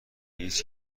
هیچ